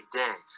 day